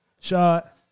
Shot